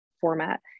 Format